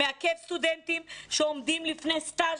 זה מעכב סטודנטים שעומדים לפני סטז'.